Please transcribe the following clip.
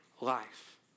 life